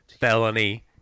felony